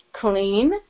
clean